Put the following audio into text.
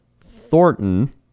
thornton